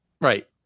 Right